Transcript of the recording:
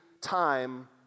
time